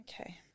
Okay